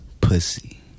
pussy